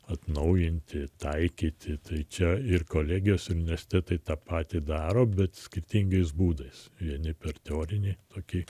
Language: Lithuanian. atnaujinti taikyti tai čia ir kolegijos universitetai tą patį daro bet skirtingais būdais vieni per teorinį tokį